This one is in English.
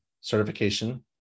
certification